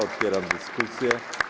Otwieram dyskusję.